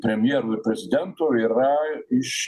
premjerų ir prezidentų yra iš